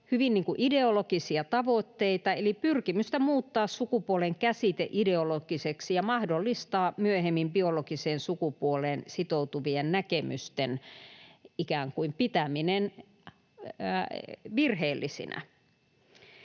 hyvin ideologisia tavoitteita, eli pyrkimystä muuttaa sukupuolen käsite ideologiseksi ja mahdollistaa myöhemmin biologiseen sukupuoleen sitoutuvien näkemysten pitäminen virheellisinä.